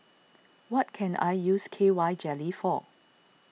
what can I use K Y Jelly for